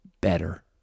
better